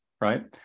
right